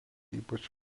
ypač